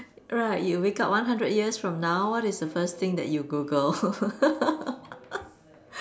right you wake up one hundred years from now what is the first thing that you Google